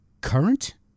Current